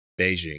Beijing